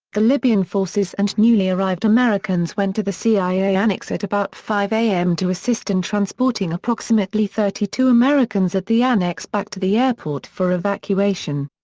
the libyan forces and newly arrived americans went to the cia annex at about five zero am to assist in transporting approximately thirty two americans at the annex back to the airport for evacuation.